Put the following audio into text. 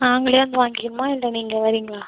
நாங்களே வந்து வாங்கிக்கணுமா இல்லை நீங்கள் வரிங்ளா